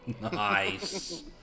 Nice